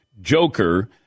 Joker